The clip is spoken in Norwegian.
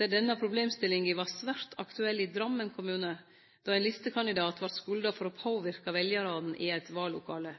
Den gongen var problemstillinga svært aktuell i Drammen kommune, då ein listekandidat vart skulda for å påverke veljarane i eit vallokale.